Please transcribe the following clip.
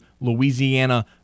Louisiana